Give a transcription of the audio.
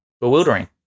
bewildering